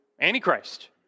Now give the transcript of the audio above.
Antichrist